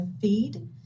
feed